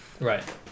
Right